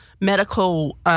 medical